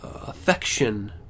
affection